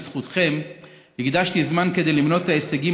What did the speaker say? בזכותכם הקדשתי זמן כדי למנות את ההישגים